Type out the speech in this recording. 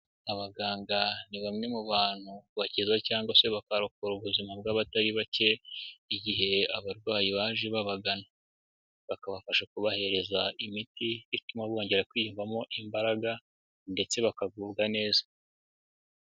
Abaganga ni bamwe mu bantu bakiza cyangwa se bakarokora ubuzima bw'abatari bake, igihe abarwayi baje babagana. Bakabafasha kubahereza imiti ituma bongera kwiyumvamo imbaraga ndetse bakagubwa neza.